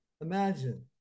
Imagine